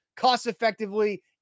cost-effectively